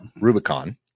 Rubicon